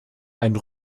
einen